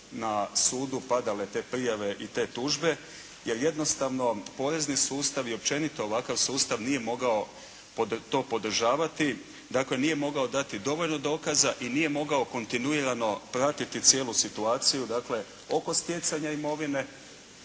na sudu padale te prijave i te tužbe, jer jednostavno porezni sustav i općenito ovakav sustav nije mogao to podržavati, dakle nije mogao dati dovoljno dokaza i nije mogao kontinuirano pratiti cijelu situaciju, dakle oko stjecanja imovine